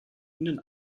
ihnen